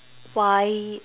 why